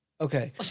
Okay